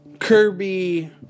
Kirby